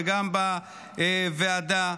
וגם בוועדה,